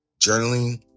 journaling